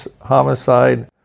homicide